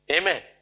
Amen